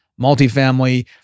multifamily